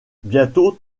bientôt